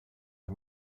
are